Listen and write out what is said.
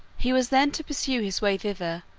he was then to pursue his way thither,